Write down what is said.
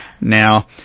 Now